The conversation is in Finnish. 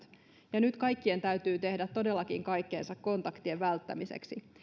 ja nyt kaikkien täytyy tehdä todellakin kaikkensa kontaktien välttämiseksi